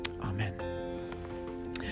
Amen